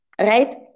Right